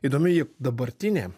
įdomi ji dabartinė